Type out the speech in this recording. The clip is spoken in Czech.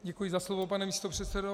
Děkuji za slovo, pane místopředsedo.